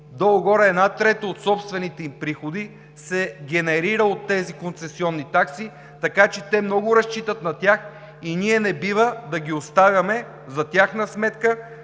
горе-долу 1/3 от собствените им приходи се генерират от тези концесионни такси, така че те много разчитат на тях и ние не бива да оставяме за тяхна сметка